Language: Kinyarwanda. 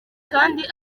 kandi